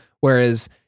Whereas